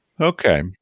okay